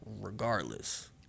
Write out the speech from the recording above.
regardless